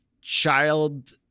child